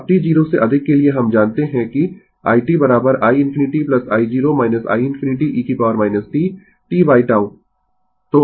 अब t 0 से अधिक के लिए हम जानते है कि i t i ∞ i0 i ∞ e t tτ